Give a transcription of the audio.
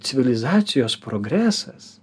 civilizacijos progresas